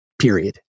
period